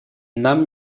нам